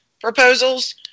proposals